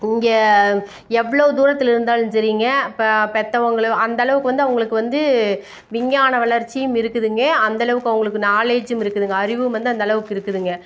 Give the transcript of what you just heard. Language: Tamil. இங்கே எவ்வளோ தூரத்தில் இருந்தாலும் சரிங்க இப்போ பெற்றவங்களும் அந்தளவுக்கு வந்து அவங்களுக்கு வந்து விஞ்ஞான வளர்ச்சியும் இருக்குதுங்க அந்தளவுக்கு அவங்களுக்கு நாலேஜும் இருக்குதுங்க அறிவும் வந்து அந்தளவுக்கு இருக்குதுங்க